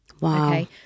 Wow